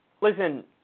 listen